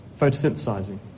photosynthesizing